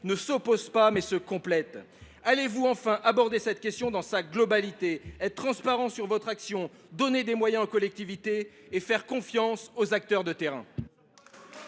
ne s’opposent pas ; ils se complètent. Allez vous enfin aborder cette question dans sa globalité, être transparent sur votre action, donner des moyens aux collectivités et faire confiance aux acteurs de terrain ?